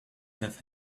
have